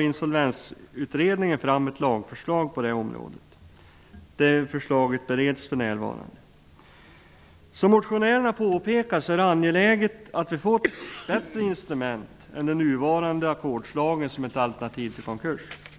Insolvensutredningen fram ett lagförslag på det området, och det bereds för närvarande. Som motionärerna påpekar, är det angeläget att vi får ett bättre instrument än den nuvarande ackordslagen som ett alternativ till konkurs.